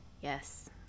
Yes